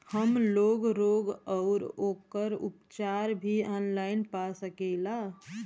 हमलोग रोग अउर ओकर उपचार भी ऑनलाइन पा सकीला?